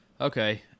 Okay